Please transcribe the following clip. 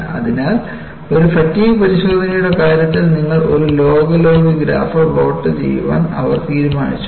അതിനാൽ ഒരു ഫാറ്റിഗ് പരിശോധനയുടെ കാര്യത്തിൽ നിങ്ങൾ ഒരു ലോഗ് ലോഗ് ഗ്രാഫ് പ്ലോട്ട് ചെയ്യാൻ അവർ തീരുമാനിച്ചു